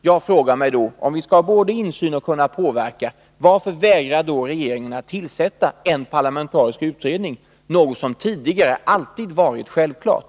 Om vi både skall ha insyn och skall kunna påverka frågar jag mig varför regeringen vägrar att tillsätta en parlamentarisk utredning, något som tidigare alltid varit självklart.